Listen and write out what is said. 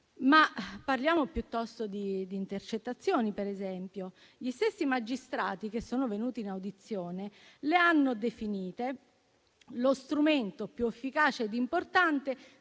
me. Parliamo piuttosto di intercettazioni, per esempio. Gli stessi magistrati che sono venuti in audizione le hanno definite lo strumento più efficace e importante